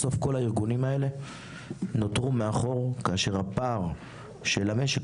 בסוף כל הארגונים האלה נותרו מאחור כאשר הפער של המשק,